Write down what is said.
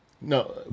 No